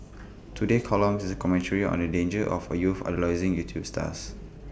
today's column is A commentary on the dangers of youths idolising YouTube stars